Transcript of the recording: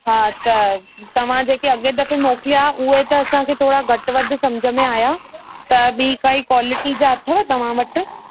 हा त तव्हां जेके अॻे दफ़े मोकिलिया उहे त असांखे थोरा घटि वधि सम्झि में आया त ॿी काई क्वालिटी जा अथव तव्हां वटि